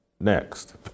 next